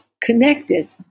connected